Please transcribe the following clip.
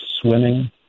swimming